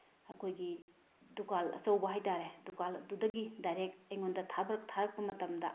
ꯑꯩꯈꯣꯏꯒꯤ ꯗꯨꯀꯥꯜ ꯑꯆꯧꯕ ꯍꯥꯏꯇꯥꯔꯦ ꯗꯨꯀꯥꯜ ꯑꯗꯨꯗꯒꯤ ꯗꯥꯏꯔꯦꯛ ꯑꯩꯉꯣꯟꯗ ꯊꯥꯔꯛꯄ ꯃꯇꯝꯗ